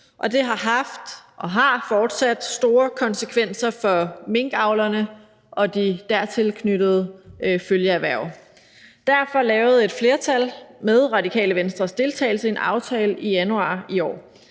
det har haft og har fortsat store konsekvenser for minkavlerne og de dertil knyttede følgeerhverv. Derfor lavede et flertal med Radikale Venstres deltagelse en aftale i januar i år.